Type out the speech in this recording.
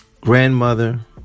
Grandmother